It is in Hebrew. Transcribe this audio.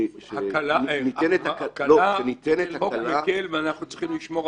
יש אדם שיש לו רגשי נחיתות או דימוי עצמי כזה שאם מישהו נוגע בנקודה